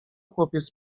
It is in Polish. chłopiec